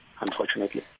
unfortunately